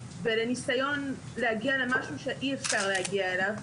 ולנסיון להגיע למשהו שאי אפשר להגיע אליו.